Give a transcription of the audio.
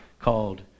called